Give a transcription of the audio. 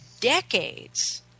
decades